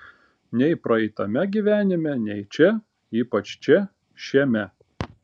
nei praeitame gyvenime nei čia ypač čia šiame